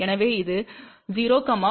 எனவே இது 0 0